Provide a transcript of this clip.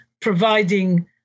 providing